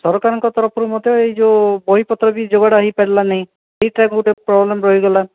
ସରକାରଙ୍କ ତରଫରୁ ମଧ୍ୟ ଏଇ ଯେଉଁ ବହିପତ୍ର ବି ଯୋଗାଡ଼ ହୋଇପାରିଲା ନାହିଁ ଏଇଟା ଗୋଟେ ପ୍ରୋବ୍ଲେମ୍ ରହିଗଲା